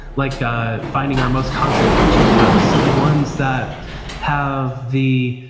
like ah finding our most consequently task. so the ones that have the,